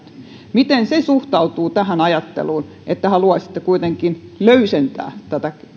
miten se suhtautuu tähän ajatteluun että haluaisitte kuitenkin löysentää tätä